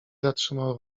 zatrzymał